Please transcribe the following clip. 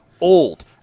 old